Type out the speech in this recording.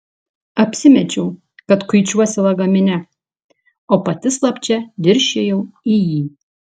apsimečiau kad kuičiuosi lagamine o pati slapčia dirsčiojau į jį